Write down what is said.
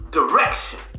direction